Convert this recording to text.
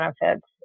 benefits